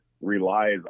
relies